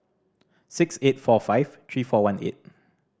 six eight four five three four one eight